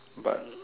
but